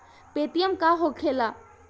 Paytm का होखेला?